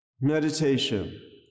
Meditation